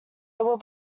will